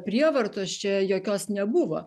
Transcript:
prievartos čia jokios nebuvo